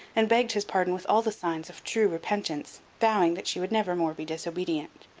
and begged his pardon with all the signs of true repentance, vowing that she would never more be disobedient.